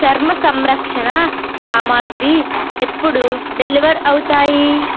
చర్మ సంరక్షణ సామాగ్రి ఎప్పుడు డెలివర్ అవుతాయి